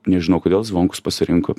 nežinau kodėl zvonkus pasirinko